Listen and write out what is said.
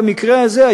במקרה הזה,